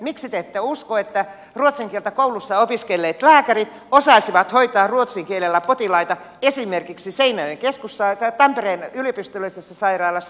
miksi te ette usko että ruotsin kieltä koulussa opiskelleet lääkärit osaisivat hoitaa ruotsin kielellä potilaita esimerkiksi tampereen yliopistollisessa sairaalassa